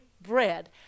bread